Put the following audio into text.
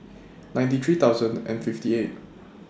ninety three thousand and fifty eight